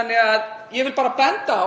Ég vil bara benda á